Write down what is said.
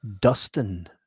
Dustin